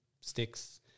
Sticks